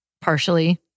partially